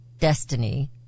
destiny